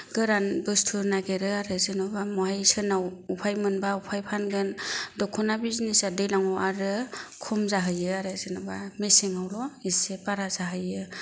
गोरान बुस्थु नागिरो आरो जेन'बा महाय सोरनाव बबेहाय मोनबा बबेहाय फानगोन दख'ना बिजनेसा दैज्लांआव आरो खम जाहैयो आरो जेन'बा मेसेंआवल' इसे बारा जाहैयो